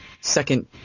second